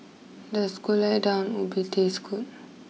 does Gulai Daun Ubi taste good